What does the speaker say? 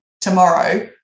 tomorrow